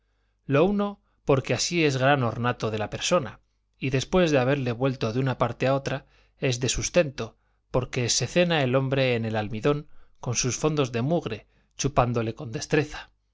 lo uno porque así es gran ornato de la persona y después de haberle vuelto de una parte a otra es de sustento porque se cena el hombre en el almidón con sus fondos en mugre chupándole con destreza